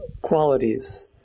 qualities